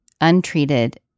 untreated